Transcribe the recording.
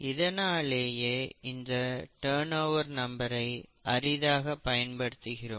இதனாலேயே இந்த turnover நம்பரை அரிதாக பயன்படுத்துகிறோம்